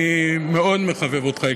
אני מאוד מחבב אותך,